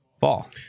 fall